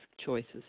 choices